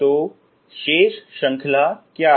तो शेष श्रृंखला क्या है